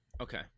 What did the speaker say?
okay